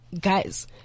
guys